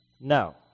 No